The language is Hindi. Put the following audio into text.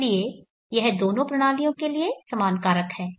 इसलिए यह दोनों प्रणालियों के लिए समान कारक है